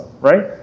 Right